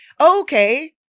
okay